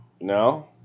no